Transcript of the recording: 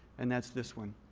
and that's this one,